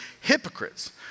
hypocrites